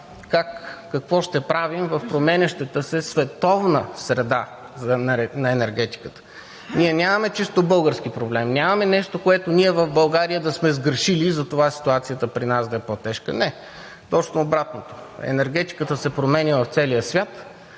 какво ще правим в променящата се световна среда на енергетиката. Ние нямаме чисто български проблем, нямаме нещо, което ние в България да сме сгрешили и затова ситуацията в нас да е по-тежка. Не – точно обратното. Енергетиката се променя в целия свят,